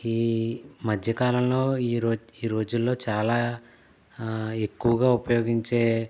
ఈ మధ్యకాలంలో ఈ రోజు ఈ రోజుల్లో చాలా ఎక్కువగా ఉపయోగించే